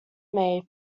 may